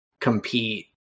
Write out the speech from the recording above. compete